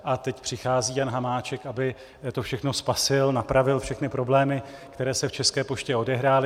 A teď přichází Jan Hamáček, aby to všechno spasil, napravil všechny problémy, které se v České poště odehrály.